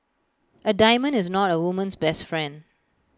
A diamond is not A woman's best friend